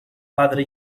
padre